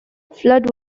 flood